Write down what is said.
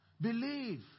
Believe